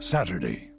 Saturday